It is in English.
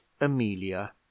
amelia